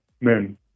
Men